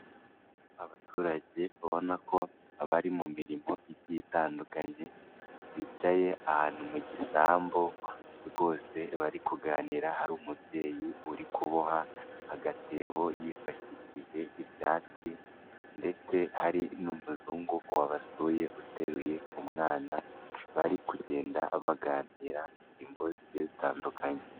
Abaturage ubona ko bari mu mirimo igiye itandukanye, bicaye ahantu mu gisambu rwose bari kuganira hari umubyeyi uri kuboha agatebo yifashishije ibyatsi ndetse hari n'umuzungu wabasuye uteruye umwana, bari kugenda baganira ingingo zigiye zitandukanye.